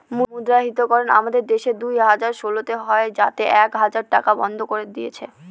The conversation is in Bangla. মুদ্রাহিতকরণ আমাদের দেশে দুই হাজার ষোলোতে হয় যাতে এক হাজার টাকা বন্ধ করে দিয়েছিল